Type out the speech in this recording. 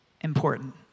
important